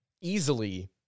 easily